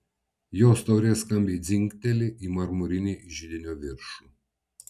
jos taurė skambiai dzingteli į marmurinį židinio viršų